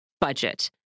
budget